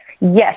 Yes